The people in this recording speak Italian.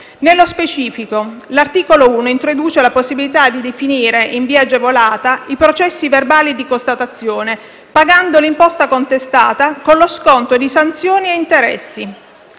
Nello specifico, l'articolo 1 introduce la possibilità di definire in via agevolata i processi verbali di constatazione, pagando l'imposta contestata, con lo sconto di sanzioni e interessi.